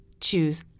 choose